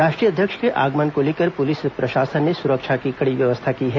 राष्ट्रीय अध्यक्ष के आगमन को लेकर पुलिस प्रशासन ने सुरक्षा की कड़ी व्यवस्था की है